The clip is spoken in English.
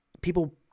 people